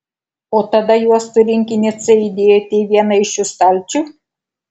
o tada juostų rinkinį c įdėjote į vieną iš šių stalčių